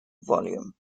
volume